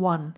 one